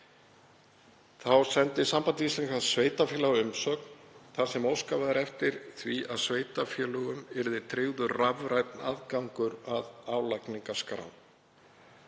þá sendi Samband íslenskra sveitarfélaga umsögn þar sem óskað var eftir því að sveitarfélögum yrði tryggður rafrænn aðgangur að álagningarskrám.